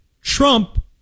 Trump